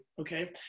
Okay